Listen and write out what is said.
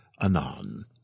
anon